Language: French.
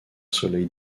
soleil